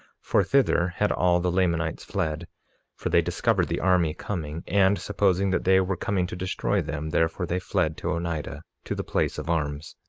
for thither had all the lamanites fled for they discovered the army coming, and, supposing that they were coming to destroy them, therefore they fled to onidah, to the place of arms.